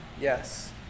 Yes